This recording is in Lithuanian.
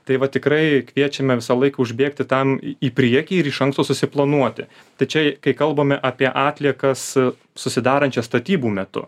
tai va tikrai kviečiame visąlaik užbėgti tam į priekį ir iš anksto susiplanuoti tai čia kai kalbame apie atliekas susidarančias statybų metu